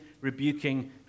rebuking